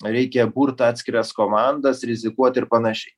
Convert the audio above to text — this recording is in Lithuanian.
reikia burt atskiras komandas rizikuot ir panašiai